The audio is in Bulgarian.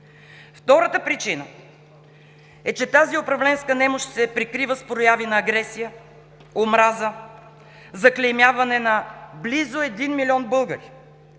Втората причина е, че тази управленска немощ се прикрива с прояви на агресия, омраза, заклеймяване на близо един милион българи.